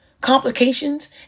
complications